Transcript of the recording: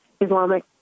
Islamic